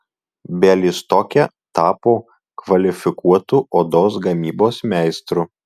bialystoke tapo kvalifikuotu odos gamybos meistru